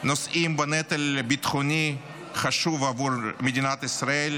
נושאים בנטל ביטחוני חשוב עבור מדינת ישראל,